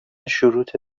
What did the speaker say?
شروط